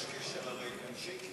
יש קשר, הרי.